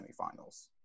semifinals